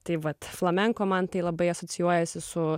tai vat flamenko man tai labai asocijuojasi su